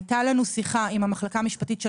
הייתה לנו שיחה עם המחלקה המשפטית של